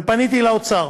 ופניתי לאוצר.